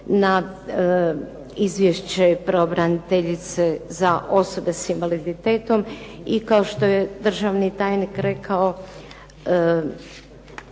na izvješće pravobraniteljice za osobe s invaliditetom i kao što je državni tajnik rekao